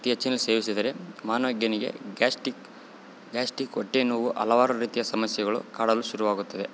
ಅತೀ ಹೆಚ್ಚಿನ ಸೇವಿಸಿದರೆ ಮಾನವ ಗೆನಿಗೆ ಗ್ಯಾಸ್ಟಿಕ್ ಗ್ಯಾಸ್ಟಿಕ್ ಹೊಟ್ಟೆ ನೋವು ಹಲವಾರು ರೀತಿಯ ಸಮಸ್ಯೆಗಳು ಕಾಡಲು ಶುರು ಆಗುತ್ತದೆ